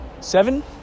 seven